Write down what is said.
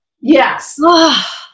Yes